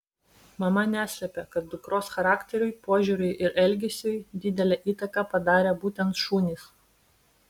mama neslepia kad dukros charakteriui požiūriui ir elgesiui didelę įtaką padarė būtent šunys